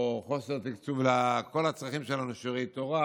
או חוסר תקצוב לכל הצרכים שלנו, שיעורי תורה